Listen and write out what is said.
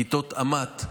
כיתות עמ"ט,